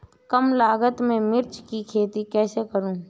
कम लागत में मिर्च की खेती कैसे करूँ?